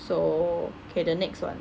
so okay the next one